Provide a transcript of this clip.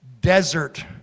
desert